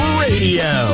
radio